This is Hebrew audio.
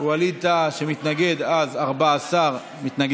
ווליד טאהא מתנגד, אז 14 נגד.